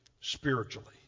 spiritually